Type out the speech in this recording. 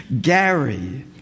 Gary